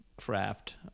craft